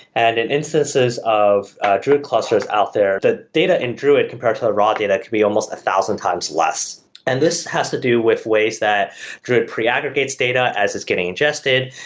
and in instances of druid clusters out there, the data in druid compared to the raw data can be almost a thousand times less and this has to do with ways that druid pre-aggregates data as it's getting ingested.